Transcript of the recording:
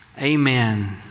Amen